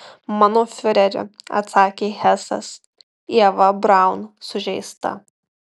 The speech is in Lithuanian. mano fiureri atsakė hesas ieva braun sužeista